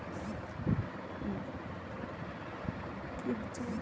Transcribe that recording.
মাছের খামার বা ফিশারি গুলোতে বিভিন্ন প্রক্রিয়ায় মাছ চাষ করা হয়